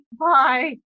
Bye